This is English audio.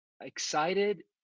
excited